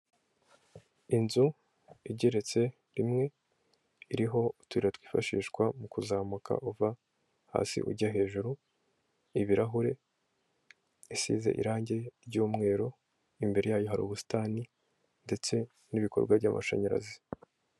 Inzu igeretse rimwe iriho utuntu twifashishwa mu kuzamuka uva hasi ujya hejuru, y'ibirahure isize irangi ry'umweru, imbere yayo hari ubusitani ndetse n'ibikorwa by'amashanyarazi.